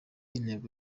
intego